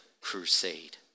crusade